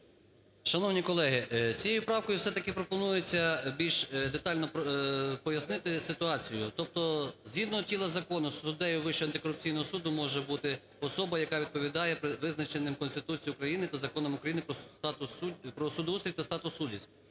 Шановні колеги, цією правкою все-таки пропонується більш детально пояснити ситуацію, тобто згідно тіла закону суддею Вищого антикорупційного суду може бути особа, яка відповідає визначеним Конституцією України та законам України про статус суддів…